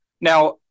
Now